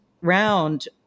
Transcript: round